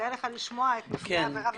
כדאי לך לשמוע את נפגעי העבירה.